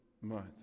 month